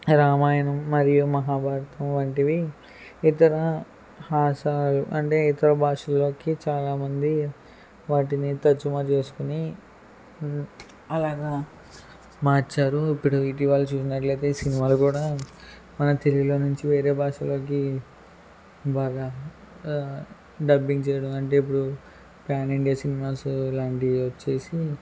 రామాయణం మరియు మహాభారతం వంటివి ఇతర భాష అంటే ఇతర భాషల్లోకి చాలామంది వాటిని తర్జుమా చేసుకుని అలాగా మార్చారు ఇప్పుడు ఇటీవల చూసినట్లయితే సినిమాలు కూడా మన తెలుగులో నుంచి వేరే భాషలోకి బాగా డబ్బింగ్ చేయడం అంటే ఇప్పుడు ప్యాన్ ఇండియా సినిమాస్ లాంటివి వచ్చేసి